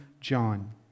John